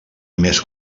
més